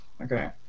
Okay